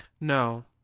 No